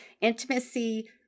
intimacy